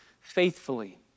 faithfully